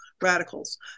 radicals